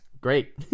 great